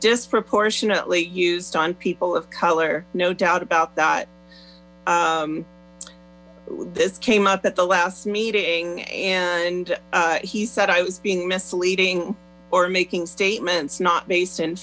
disproportionately used on people of color no doubt about that this came up at the last meeting and he said i was being misleading or making statements not based in